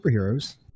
superheroes